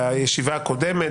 בישיבה הקודמת.